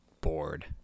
bored